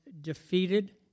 defeated